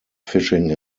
fishing